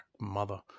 mother